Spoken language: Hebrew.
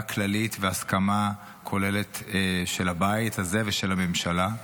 כללית והסכמה כוללת של הבית הזה ושל הממשלה.